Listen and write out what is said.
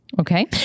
Okay